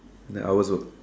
the hours worked